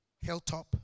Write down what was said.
Hilltop